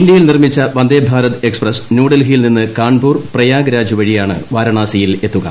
ഇന്ത്യയിൽ നിർമ്മിച്ച വന്ദേ ഭാരത് എക്സ്പ്രസ് ന്യൂഡൽഹിയിൽ നിന്ന് കാൺപൂർ പ്രയാഗ്രാജ് വഴിയാണ് വാരാണസിയിലെത്തുക